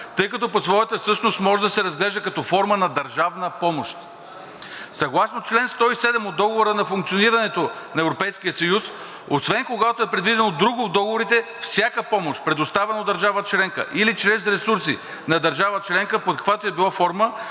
тъй като по своята същност може да се разглежда като форма на държавна помощ. Съгласно чл. 107 от Договора за функционирането на Европейския съюз, освен когато е предвидено друго в договорите, всяка помощ, предоставена от държава членка или чрез ресурси на държава членка под каквато и да било форма,